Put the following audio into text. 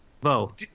Bo